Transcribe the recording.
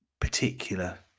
particular